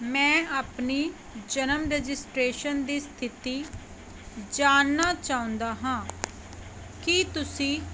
ਮੈਂ ਆਪਣੀ ਜਨਮ ਰਜਿਸਟ੍ਰੇਸ਼ਨ ਦੀ ਸਥਿਤੀ ਜਾਣਨਾ ਚਾਹੁੰਦਾ ਹਾਂ ਕੀ ਤੁਸੀਂ